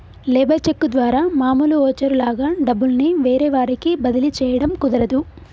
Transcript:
labour cheque ద్వారా మామూలు voucher లాగా డబ్బుల్ని వేరే వారికి బదిలీ చేయడం కుదరదు